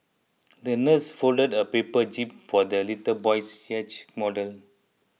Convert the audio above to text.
the nurse folded a paper jib for the little boy's yacht model